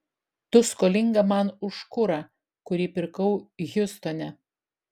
tu skolinga man už kurą kurį pirkau hjustone